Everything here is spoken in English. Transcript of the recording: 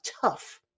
tough